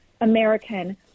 American